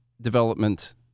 development